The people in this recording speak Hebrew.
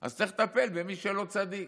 אז צריך לטפל במי שלא צדיק.